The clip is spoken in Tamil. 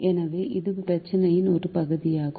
எனவே இது பிரச்சினையின் ஒரு பகுதியாகும்